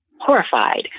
horrified